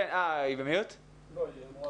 את יכולה לקבל את הנייד שלי ותפני אותו